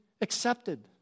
accepted